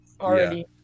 already